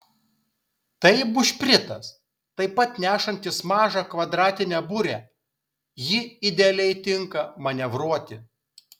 tai bušpritas taip pat nešantis mažą kvadratinę burę ji idealiai tinka manevruoti